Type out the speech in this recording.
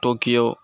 Tokyo